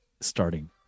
starting